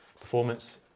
performance